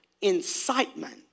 incitement